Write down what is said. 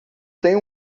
tenho